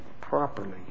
properly